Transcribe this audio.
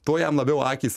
tuo jam labiau akys